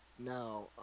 Now